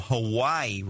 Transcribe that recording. Hawaii